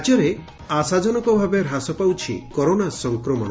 ରାଜ୍ୟରେ ଆଶାଜନକ ଭାବେ ହ୍ରାସ ପାଉଛି କରୋନା ସଂକ୍ରମଣ